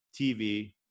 TV